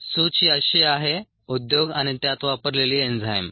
सूची अशी आहे उद्योग आणि त्यात वापरलेली एन्झाईम